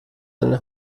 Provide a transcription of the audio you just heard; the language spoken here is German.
deine